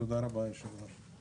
תודה רבה אדוני היושב ראש.